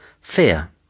Fear